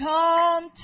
Come